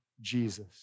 Jesus